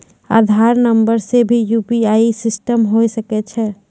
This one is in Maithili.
आधार नंबर से भी यु.पी.आई सिस्टम होय सकैय छै?